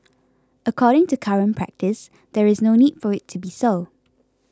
according to current practice there is no need for it to be so